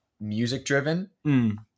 music-driven